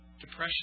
depression